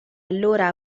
allora